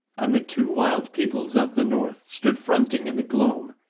and the two wild peoples of the north stood fronting in the gloam,